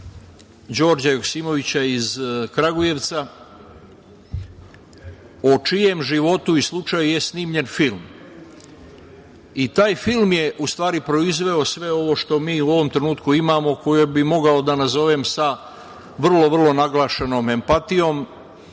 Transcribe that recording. Đorđa Joksimovića iz Kragujevca, o čijem životu i slučaju je snimljen film. Taj film je, u stvari, proizveo sve ovo što mi u ovom trenutku imamo, koje bih mogao da nazovem sa vrlo vrlo naglašenom empatijom